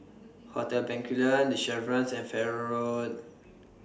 Hotel Bencoolen The Chevrons and Farrer Road